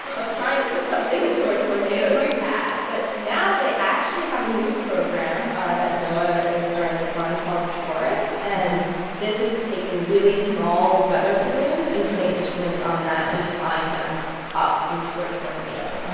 of trying to put something into a tornado's path but now they actually have a new program that noaa is starting to fund called torus, and this is taking really small weather balloons and putting instruments on that and flying them up into a tornado.